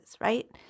right